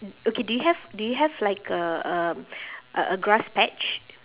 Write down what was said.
okay do you have do you have like a um a a grass patch